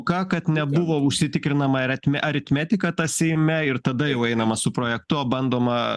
ką kad nebuvo užsitikrinama aritme aritmetika ta seime ir tada jau einama su projektu o bandoma